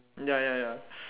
ya ya ya